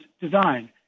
design